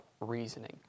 reasoning